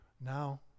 now